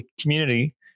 community